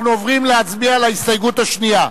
אנחנו עוברים להצביע על ההסתייגות השנייה.